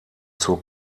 zur